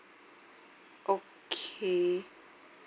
okay